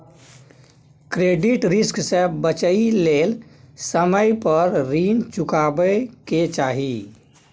credit risk से बचइ लेल समय पर रीन चुकाबै के चाही